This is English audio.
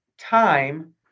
time